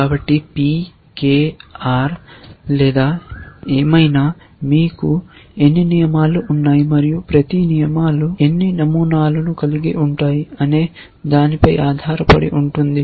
కాబట్టి P K R లేదా ఏమైనా మీకు ఎన్ని నియమాలు ఉన్నాయి మరియు ప్రతి నియమాలు ఎన్ని నమూనాలను కలిగి ఉంటాయి అనే దానిపై ఆధారపడి ఉంటుంది